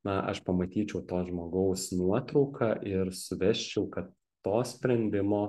na aš pamatyčiau to žmogaus nuotrauką ir suvesčiau kad to sprendimo